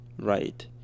Right